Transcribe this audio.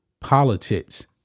politics